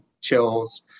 chills